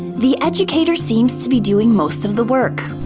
the educator seems to be doing most of the work.